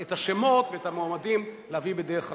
את השמות ואת המועמדים להביא בדרך אחרת.